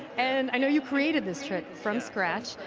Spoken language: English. and i know you created this trip from scratch,